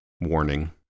warning